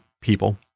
people